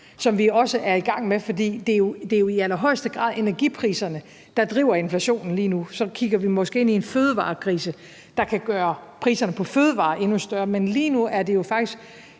som vi også er i gang med. For det er jo i allerhøjeste grad energipriserne, der driver inflationen lige nu. Så kigger vi måske ind i en fødevarekrise, der kan gøre priserne på fødevarer endnu større, men lige nu er det jo faktisk